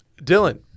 Dylan